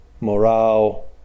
morale